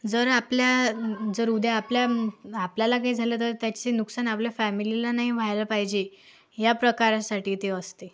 जर आपल्या जर उद्या आपल्या आपल्याला काही झालं तर त्याचे नुकसान आपल्या फॅमिलीला नाही व्हायला पाहिजे ह्या प्रकारासाठी ते असते